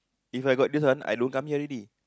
If I got this one I don't come here already